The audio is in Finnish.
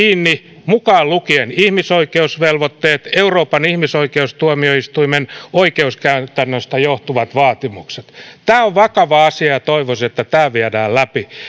kiinni mukaan lukien ihmisoikeusvelvoitteet euroopan ihmisoikeustuomioistuimen oikeuskäytännöstä johtuvat vaatimukset tämä on vakava asia ja ja toivoisin että tämä viedään läpi